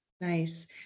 Nice